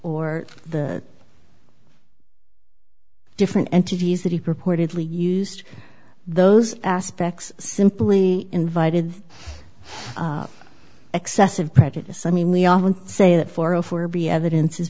or the different entities that he purportedly used those aspects simply invited excessive prejudice i mean we often say that for a for b evidence is